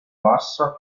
bassa